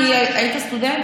היית סטודנט,